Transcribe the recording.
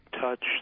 touch